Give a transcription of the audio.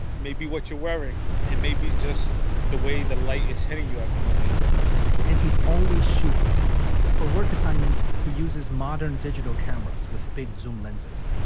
maybe what you're wearing and maybe just the way the light is hitting you at the moment and he's always shooting for work assignments. he uses modern digital cameras with big zoom lenses.